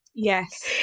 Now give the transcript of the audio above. Yes